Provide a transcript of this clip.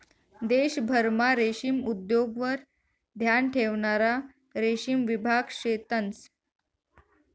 देशभरमा रेशीम उद्योगवर ध्यान ठेवणारा रेशीम विभाग शेतंस